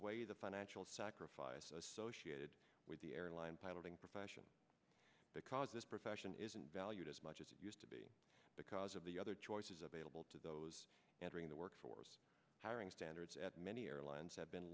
weigh the financial sacrifice associated with the airline pilot and profession because this profession isn't valued as much as it used to be because of the other choices available to those entering the workforce hiring standards at many airlines have been